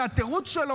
זה התירוץ שלו,